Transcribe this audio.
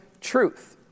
truth